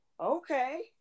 okay